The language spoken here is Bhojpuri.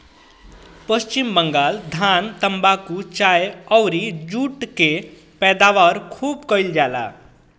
पश्चिम बंगाल धान, तम्बाकू, चाय अउरी जुट के पैदावार खूब कईल जाला